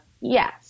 Yes